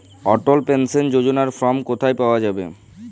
অটল pension যোজনার form কোথায় পাওয়া যাবে?